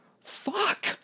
Fuck